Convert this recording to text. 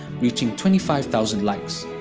reaching twenty five thousand likes.